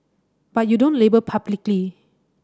but you don't label publicly